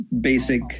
Basic